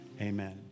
amen